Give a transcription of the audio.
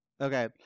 Okay